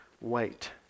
wait